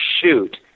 shoot